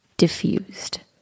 diffused